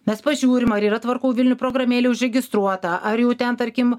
mes pažiūrim ar yra tvarkau vilnių programėlėj užregistruota ar jau ten tarkim